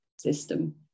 system